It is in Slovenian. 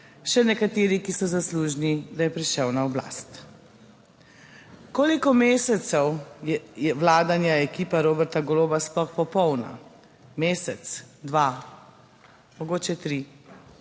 še nekateri, ki so zaslužni, da je prišel na oblast. Koliko mesecev vladanja ekipa Roberta Goloba sploh popolna? Mesec, dva, mogoče tri.